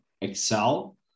excel